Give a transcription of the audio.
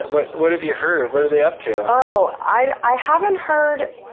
what what have you heard? what are they up to? oh, i i haven't heard,